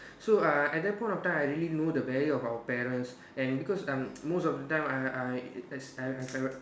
so uh at that point of time I really know the value of our parents and because um most of the time I I s~ I have my parents